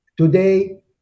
Today